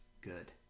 good